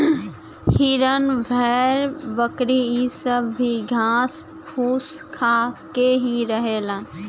हिरन भेड़ बकरी इ सब भी घास फूस खा के ही रहलन